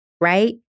right